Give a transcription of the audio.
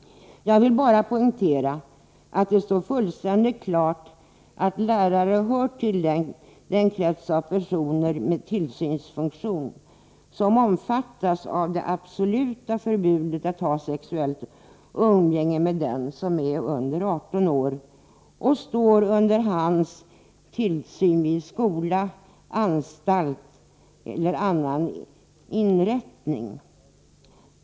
Jag vill bara nämna att lärare hör till den krets av personer med tillsynsfunktion som omfattas av det nuvarande absoluta förbudet mot att ha sexuellt umgänge med den som är under 18 år och står under hans tillsyn vid skola, anstalt eller annan inrättning. Detta är en omotiverat vidsträckt kriminalisering.